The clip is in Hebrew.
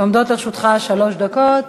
עומדות לרשותך שלוש דקות.